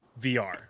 vr